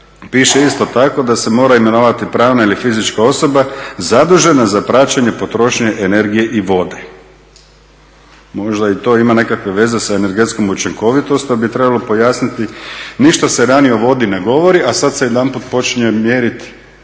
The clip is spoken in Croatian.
piše isto tako da se mora imenovati pravna ili fizička osoba zadužena za praćenje potrošnje energije i vode. Možda i to ima nekakve veze s energetskom učinkovitosti ali bi trebalo pojasniti. Ništa se ranije o vodi ne govori, a sad se odjedanput počinje mjeriti